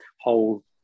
whole